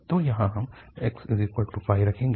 तो यहाँ हम x रखेंगे